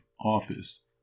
office